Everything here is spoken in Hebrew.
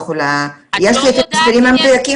יש לי את המספרים המדויקים,